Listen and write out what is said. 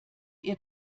ihr